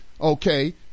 okay